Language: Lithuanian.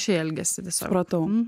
šį elgesį tiesiog supratau